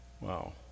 wow